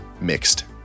mixed